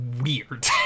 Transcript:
weird